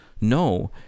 No